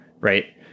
Right